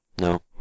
No